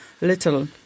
little